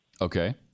Okay